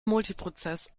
multiprozess